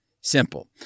simple